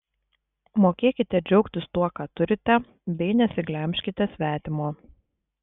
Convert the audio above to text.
mokėkite džiaugtis tuo ką turite bei nesiglemžkite svetimo